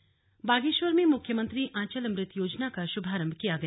आंचल अमृत योजना बागेश्वर में मुख्यमंत्री आंचल अमृत योजना का शुभारंभ किया गया